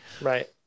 right